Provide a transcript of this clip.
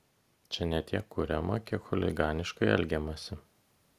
čia ne tiek kuriama kiek chuliganiškai elgiamasi